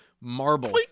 marble